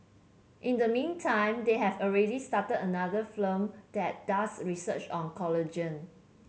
in the meantime they have already started another firm that does research on collagen